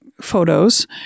photos